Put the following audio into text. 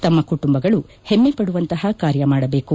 ತಮ್ಮ ಕುಟುಂಬಗಳು ಹೆಮ್ಮೆಪಡುವಂತಹ ಕಾರ್ಯಗಳನ್ನು ಮಾಡಬೇಕು